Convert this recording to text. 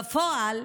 בפועל,